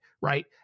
Right